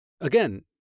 again